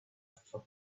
for